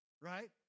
right